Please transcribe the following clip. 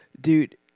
dude